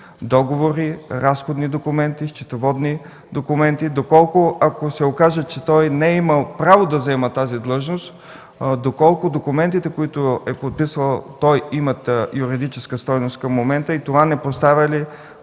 договори, разходни и счетоводни документи. Ако се окаже, че той не е имал право да заема тази длъжност, доколко документите, които е подписвал, имат юридическа стойност към момента? Това не поставя ли